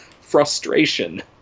frustration